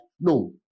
No